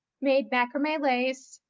made macrame lace,